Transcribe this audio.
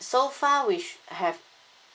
so far which have